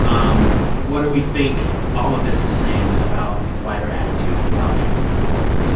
um what do we think all of this is saying about wider attitudes about trans acceptance?